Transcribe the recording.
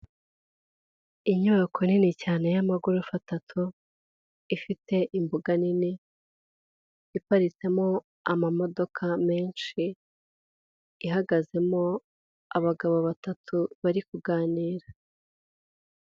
Inyubako nini cyane y'amagorofa atatu, ifite imbuga nini, iparitsemo amamodoka menshi, ihagazemo abagabo batatu bari kuganira.